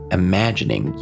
imagining